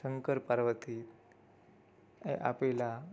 શંકર પાર્વતી આપેલા